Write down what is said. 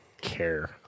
care